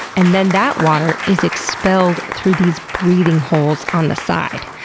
and then that water is expelled through these breathing holes on the side.